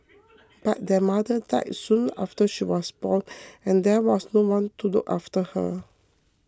but their mother died soon after she was born and there was no one to look after her